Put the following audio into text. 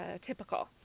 typical